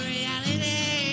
Reality